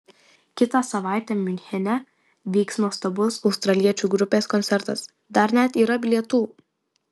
kitą savaitę miunchene vyks nuostabus australiečių grupės koncertas dar net yra bilietų